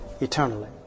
eternally